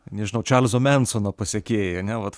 nežinau čarlzo mensono pasekėjai ane vat